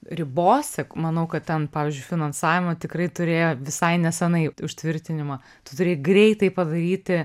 ribose manau kad ten pavyzdžiui finansavimą tikrai turėjo visai neseniai užtvirtinimą tu turi greitai padaryti